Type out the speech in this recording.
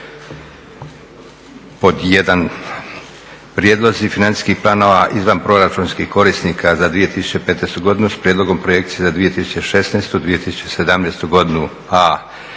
1.2. Prijedlozi financijskih planova izvanproračunskih korisnika za 2015. godinu, s prijedlogom projekcija za 2016. i 2017. godinu